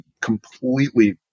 completely